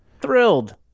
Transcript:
Thrilled